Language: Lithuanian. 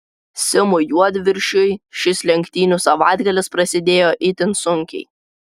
simui juodviršiui šis lenktynių savaitgalis prasidėjo itin sunkiai